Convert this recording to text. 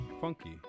funky